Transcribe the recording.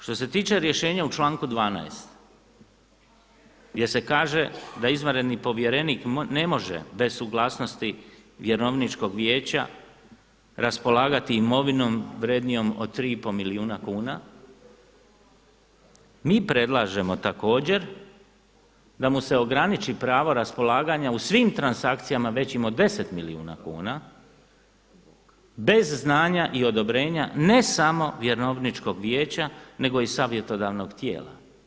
Što se tiče rješenja u članku 12. gdje se kaže da izvanredni povjerenik ne može bez suglasnosti vjerovničkog vijeća raspolagati imovinom vrjednijom od 3,5 milijuna kuna, mi predlažemo također da mu se ograniči pravo raspolaganja u svim transakcijama većim od 10 milijuna kuna bez znanja i odobrenja ne samo vjerovničkog vijeća nego i savjetodavnog tijela.